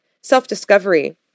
self-discovery